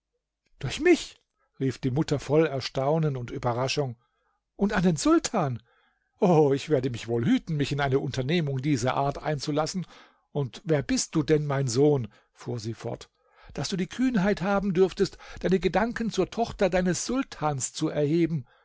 durch mich rief die mutter voll erstaunen und überraschung und an den sultan o ich werde mich wohl hüten mich in eine unternehmung der art einzulassen und wer bist du denn mein sohn fuhr sie fort daß du die kühnheit haben dürftest deine gedanken zur tochter deines sultans zu erheben